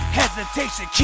hesitation